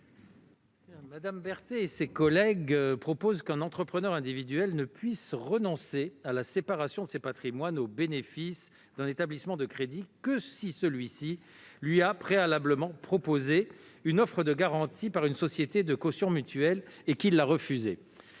Mme Berthet et ses collègues proposent qu'un entrepreneur individuel ne puisse renoncer à la séparation de ses patrimoines au bénéfice d'un établissement de crédit que si celui-ci lui a préalablement « proposé » une « offre de garantie par une société de caution mutuelle », et qu'il l'a refusée.